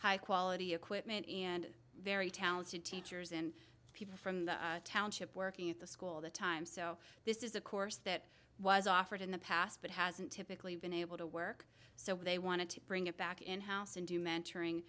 high quality equipment and very talented teachers and people from the township working at the school the time so this is a course that was offered in the past but hasn't typically been able to work so they wanted to bring it back in house and do mentoring